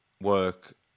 work